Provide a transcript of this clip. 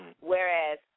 Whereas